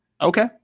Okay